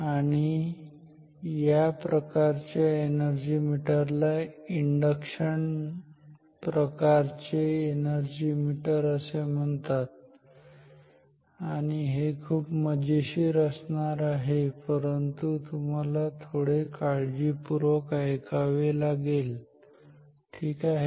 आणि या प्रकारच्या एनर्जी मीटर ला इंडक्शन प्रकारचे एनर्जी मीटर म्हणतात आणि हे खूप मजेशीर असणार आहे परंतु तुम्हाला थोडे काळजीपूर्वक ऐकावे लागेल ठीक आहे